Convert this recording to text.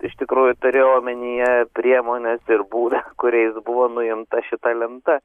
iš tikrųjų turėjau omenyje priemones ir būdą kuriais buvo nuimta šita lenta